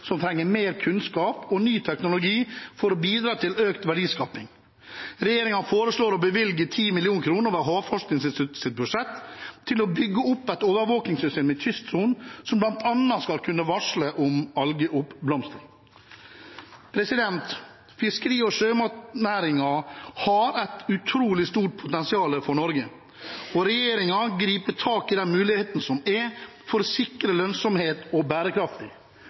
som trenger mer kunnskap og ny teknologi for å bidra til økt verdiskaping. Regjeringen foreslår å bevilge 10 mill. kr over Havforskningsinstituttets budsjett til å bygge opp et overvåkingssystem i kystsonen som bl.a. skal kunne varsle om algeoppblomstring. Fiskeri- og sjømatnæringen har et utrolig stort potensial for Norge, og regjeringen griper tak i de mulighetene som er for å sikre lønnsomhet og